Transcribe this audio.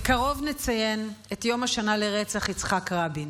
בקרוב נציין את יום השנה לרצח יצחק רבין.